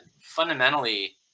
fundamentally